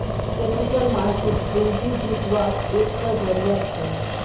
capital market पूँजी जुत्वार एक टा ज़रिया छे